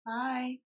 Bye